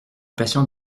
passion